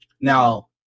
Now